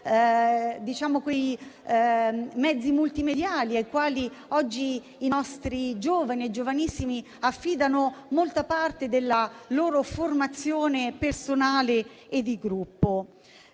piattaforme multimediali, ai quali oggi i nostri giovani e giovanissimi affidano molta parte della loro formazione personale e di gruppo.